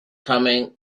coming